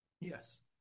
Yes